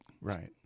Right